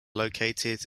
located